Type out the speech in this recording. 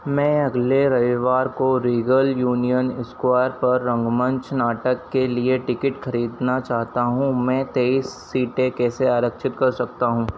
मैं अगले रविवार को रीगल यूनियन इस्क्वायर पर रंगमंच नाटक के लिए टिकिट ख़रीदना चाहता हूँ मैं तेईस सीटें कैसे आरक्षित कर सकता हूँ